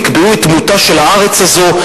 יקבעו את דמותה של הארץ הזאת,